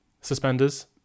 Suspenders